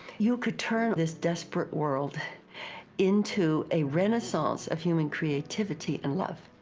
you could turn this desperate world into a renaissance of human creativity and love.